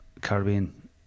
caribbean